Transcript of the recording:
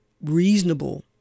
reasonable